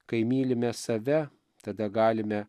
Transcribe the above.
kai mylime save tada galime